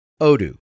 Odoo